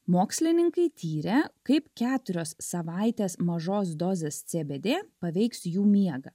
mokslininkai tyrė kaip keturios savaites mažos dozės cbd paveiks jų miegą